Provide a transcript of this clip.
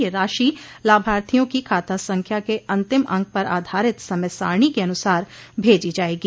यह राशि लाभार्थियों की खाता संख्या के अंतिम अंक पर आधारित समय सारणी के अनुसार भेजी जाएगी